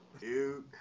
Dude